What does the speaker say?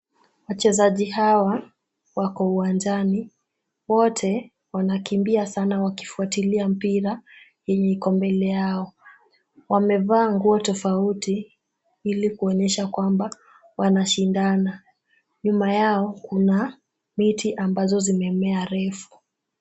Wachezaji hawa wako uwanjani, wote wanakimbia sana wakifuatilia mpira yenye iko mbele yao. Wamevaa nguo tofauti ili kuonyesha kwamba wanashindana. Nyuma yao kuna miti ambazo zimemea refu.